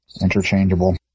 interchangeable